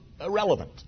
irrelevant